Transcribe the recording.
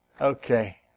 Okay